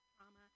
trauma